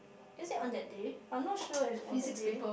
is it on their day but not sure if on that day